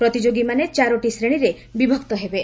ପ୍ରତିଯୋଗିମାନେ ଚାରୋଟି ଶ୍ରେଣୀରେ ବିଭକ୍ତ ହେବେ